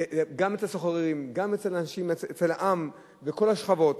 גם אצל הסוחרים, גם אצל העם, בכל השכבות.